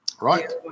right